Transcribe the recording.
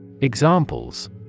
Examples